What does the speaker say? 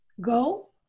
go